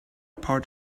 part